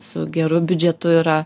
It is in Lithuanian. su geru biudžetu yra